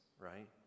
right